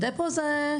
הדפו זה,